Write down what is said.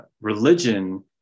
religion